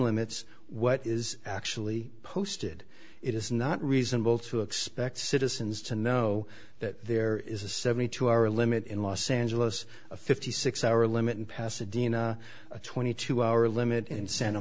limits what is actually posted it is not reasonable to expect citizens to know that there is a seventy two hour limit in los angeles a fifty six hour limit in pasadena a twenty two hour limit in santa